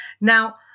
Now